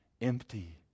empty